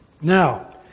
Now